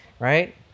right